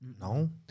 No